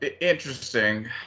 interesting